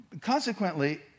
consequently